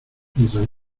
mientras